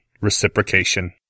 Reciprocation